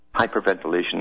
hyperventilation